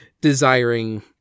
desiring